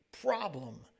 problem